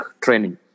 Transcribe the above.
training